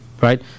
Right